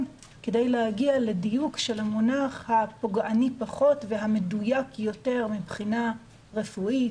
כדי להגיע לדיוק של המונח הפוגעני פחות והמדויק יותר מבחינה רפואית,